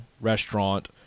restaurant